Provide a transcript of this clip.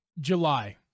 July